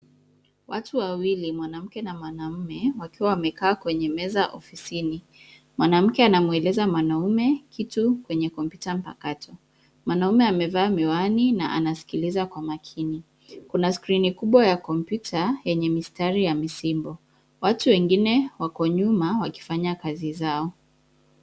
Watu wawili, mwanamke na mwanaume, wakiwa wamekaa kwenye meza ofisini. Mwanamke anamweleza mwanaume kitu kwenye kompyuta mpakato. Mwanaume amevaa miwani na anasikiliza kwa umakini. Kuna skrini kubwa ya kompyuta yenye mistari ya misimbo. Watu wengine wako nyuma wakifanya kazi zao